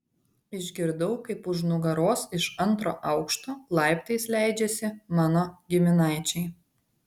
išgirdau kaip už nugaros iš antro aukšto laiptais leidžiasi mano giminaičiai